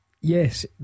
yes